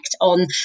on